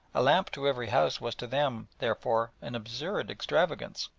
a lamp to every house was to them, therefore, an absurd extravagance,